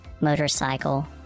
motorcycle